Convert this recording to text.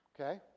okay